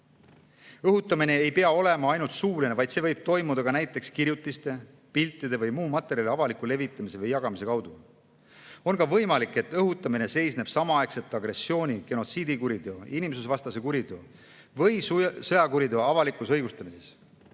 Õhutamine ei pea olema ainult suuline, vaid see võib toimuda ka näiteks kirjutiste, piltide või muu materjali avaliku levitamise või jagamise kaudu. On ka võimalik, et õhutamine seisneb samaaegselt agressiooni-, genotsiidikuriteo, inimsusvastase kuriteo või sõjakuriteo avalikus õigustamises,